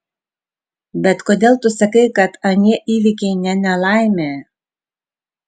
bet kodėl tu sakai kad anie įvykiai ne nelaimė